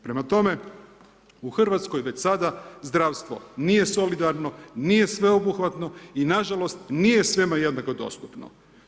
Prema tome, u Hrvatskoj već sada zdravstvo nije solidarno, nije sveobuhvatno i nažalost nije svima jednako dostupno.